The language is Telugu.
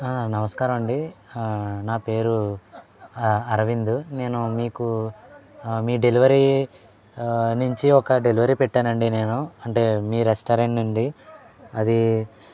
నమస్కారమండి నా పేరు అరవిందు నేను మీకు మీ డెలివరీ నుంచి ఒక డెలివరీ పెట్టానండి నేను అంటే మీ రెస్టారెంట్ నుండి అది